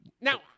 Now